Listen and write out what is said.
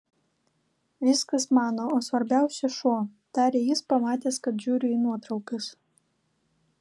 viskas mano o svarbiausia šuo tarė jis pamatęs kad žiūriu į nuotraukas